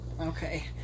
Okay